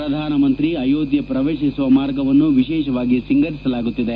ಪ್ರಧಾನಮಂತ್ರಿ ಅಯೋಧ್ಯೆ ಪ್ರವೇಶಿಸುವ ಮಾರ್ಗವನ್ನು ವಿಶೇಷವಾಗಿ ಸಿಂಗರಿಸಲಾಗುತ್ತಿದೆ